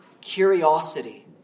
curiosity